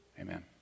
amen